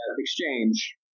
Exchange